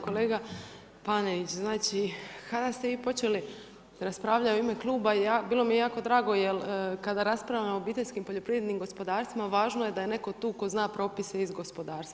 Kolega Panenić, znači kada ste vi počeli raspravljati u ime kluba bilo mi je jako drago jer kada raspravljamo o obiteljskim poljoprivrednim gospodarstvima važno je da je netko tu tko zna propise iz gospodarstva.